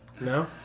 No